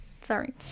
Sorry